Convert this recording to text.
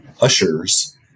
ushers